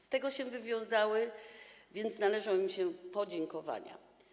Z tego się wywiązały, więc należą im się podziękowania.